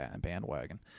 bandwagon